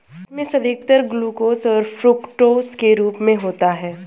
किशमिश अधिकतर ग्लूकोस और फ़्रूक्टोस के रूप में होता है